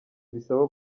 bisaba